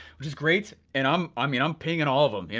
which is great, and i'm, i mean i'm pinging and all of em. you know,